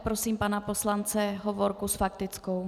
Prosím pana poslance Hovorku s faktickou.